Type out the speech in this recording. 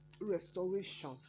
restoration